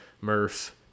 Murph